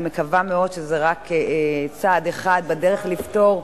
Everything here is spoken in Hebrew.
אני מקווה מאוד שזה רק צעד אחד בדרך לפתור,